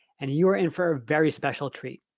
and you're in for a very special treat.